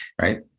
right